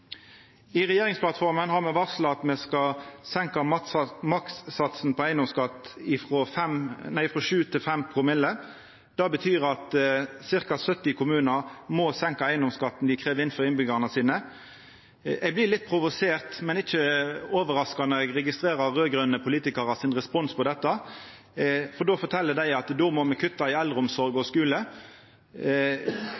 I regjeringsplattforma har me varsla at me skal senka makssatsen på eigedomsskatt frå 7 promille til 5 promille. Det betyr at ca. 70 kommunar må senka eigedomsskatten dei krev inn frå innbyggjarane sine. Eg blir litt provosert, men ikkje overraska, når eg registrerer responsen frå raud-grøne politikarar til dette. Dei fortel at då må me kutta i eldreomsorg og